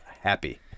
happy